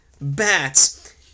bats